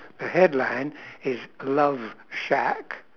the headline is love shack